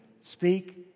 speak